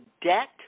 debt